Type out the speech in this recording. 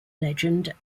legend